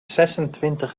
zesentwintig